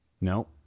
No